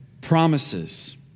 promises